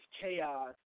chaos